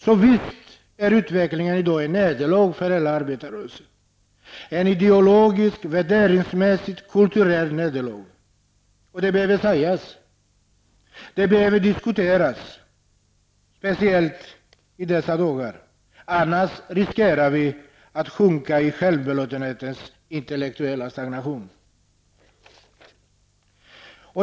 Så visst är dagens utveckling ett nederlag för hela arbetarrörelsen, ett ideologiskt, värdemässigt och kulturellt nederlag. Det behöver sägas och det behöver diskuteras speciellt i dessa dagar. Annars riskerar vi att sjunka ned i självbelåtenhetens intellektuella stagnation.